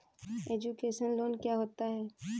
Education loan क्या होता है?